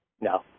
no